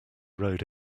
road